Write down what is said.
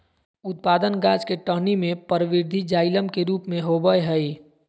उत्पादन गाछ के टहनी में परवर्धी जाइलम के रूप में होबय हइ